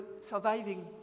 surviving